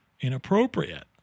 inappropriate